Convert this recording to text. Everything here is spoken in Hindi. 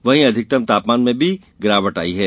वहीं अधिकतम तापमान में भी गिरावट आई है